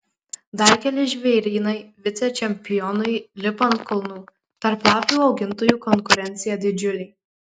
dar keli žvėrynai vicečempionui lipa ant kulnų tarp lapių augintojų konkurencija didžiulė